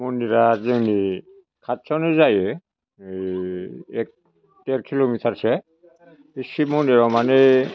सिब मन्दिरा जोंनि खाथियावनो जायो एक देर किल'मिटारसो बे सिब मन्दिराव माने